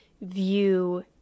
view